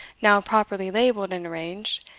now properly labelled and arranged,